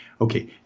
okay